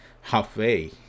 halfway